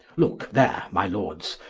looke there my lords,